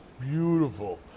beautiful